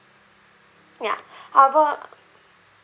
ya however